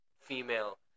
female